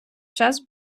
час